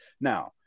Now